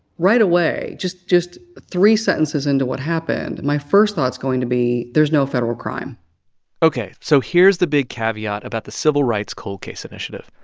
right away, just just three sentences into what happened, my first thought is going to be, there's no federal crime ok. so here's the big caveat about the civil rights cold case initiative,